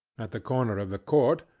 at the corner of the court,